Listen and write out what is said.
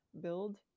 build